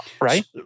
right